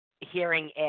hearing